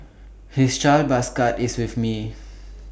his child bus card is with me